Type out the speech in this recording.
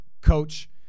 coach